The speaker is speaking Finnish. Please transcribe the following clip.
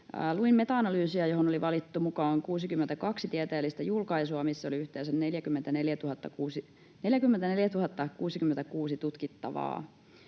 Luin meta-analyysia, johon oli valittu mukaan 62 tieteellistä julkaisua, missä oli yhteensä 44 066 tutkittavaa.